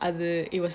I was it was